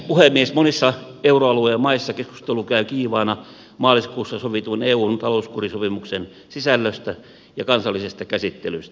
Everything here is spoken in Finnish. monissa euroalueen maissa keskustelu käy kiivaana maaliskuussa sovitun eun talouskurisopimuksen sisällöstä ja kansallisesta käsittelystä